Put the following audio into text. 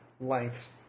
lengths